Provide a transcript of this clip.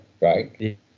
right